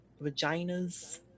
vaginas